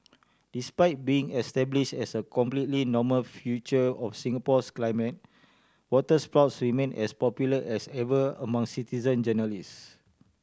despite being establish as a completely normal feature of Singapore's climate waterspouts remain as popular as ever among citizen journalists